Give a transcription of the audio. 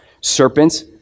Serpents